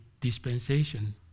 dispensation